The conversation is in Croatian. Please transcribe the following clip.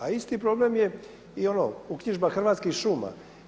A isti problem je i ono uknjižba Hrvatskih šuma.